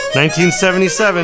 1977